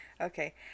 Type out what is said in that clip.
Okay